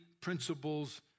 principles